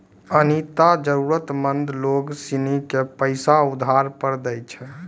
अनीता जरूरतमंद लोग सिनी के पैसा उधार पर दैय छै